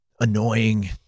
annoying